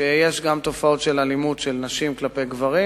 שיש גם תופעות של אלימות של נשים כלפי גברים